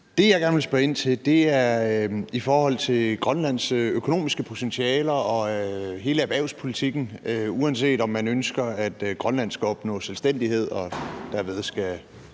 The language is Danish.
Det, jeg gerne vil spørge ind til, er Grønlands økonomiske potentialer og hele erhvervspolitikken. Uanset om man ønsker, at Grønland skal opnå selvstændighed og derved også